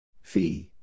Fee